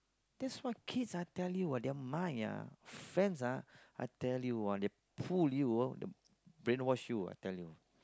that's why kids ah I tell you ah their minds ah friends ah I tell you ah they pull you ah they brainwash you I tell you